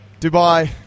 Dubai